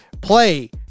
play